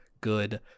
good